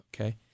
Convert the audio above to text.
Okay